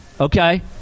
Okay